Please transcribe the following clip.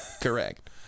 Correct